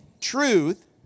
truth